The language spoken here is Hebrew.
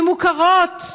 שמוכרות,